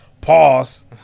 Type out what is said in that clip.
pause